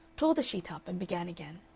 tore the sheet up, and began again.